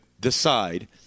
decide